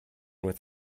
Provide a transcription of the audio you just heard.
with